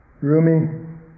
Rumi